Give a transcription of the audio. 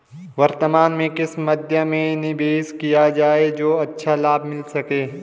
वर्तमान में किस मध्य में निवेश किया जाए जो अच्छा लाभ मिल सके?